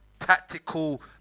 Tactical